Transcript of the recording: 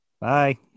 Bye